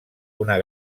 una